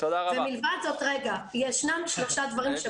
מלבד זאת ישנם שלושה דברים,